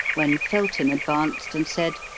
when felton advanced and said,